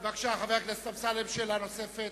בבקשה, חבר הכנסת אמסלם, שאלה נוספת.